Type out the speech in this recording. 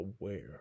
aware